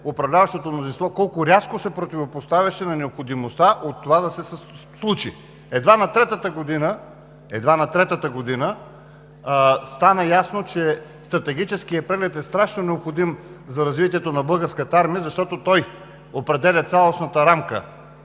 управляващото мнозинство колко рядко се противопоставяше на необходимостта от това да се случи. Едва на третата година стана ясно, че стратегическият преглед е страшно необходим за развитието на Българската армия, защото той определя цялостната рамка